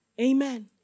Amen